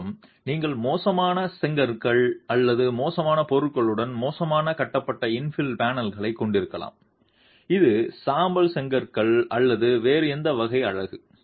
மறுபுறம் நீங்கள் மோசமான செங்கற்கள் அல்லது மோசமான பொருட்களுடன் மோசமாக கட்டப்பட்ட இன்ஃபில் பேனல்களைக் கொண்டிருக்கலாம் இது சாம்பல் செங்கற்கள் அல்லது வேறு எந்த வகை அலகு